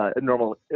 normal